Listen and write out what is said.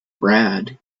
brad